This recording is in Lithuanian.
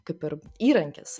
kaip ir įrankis